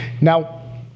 Now